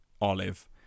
Olive